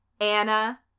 Anna